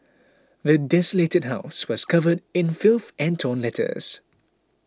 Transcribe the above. the desolated house was covered in filth and torn letters